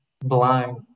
blind